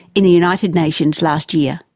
in the united nations last year.